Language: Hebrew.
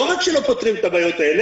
לא רק שלא פותרים את הבעיות האלה,